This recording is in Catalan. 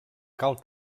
cal